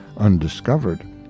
undiscovered